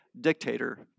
dictator